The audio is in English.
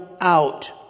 out